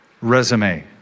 resume